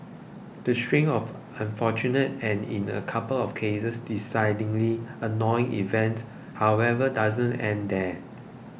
the string of unfortunate and in a couple of cases decidingly annoying events however doesn't end there